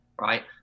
right